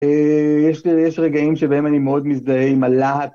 יש רגעים שבהם אני מאוד מזדהה עם הלהט.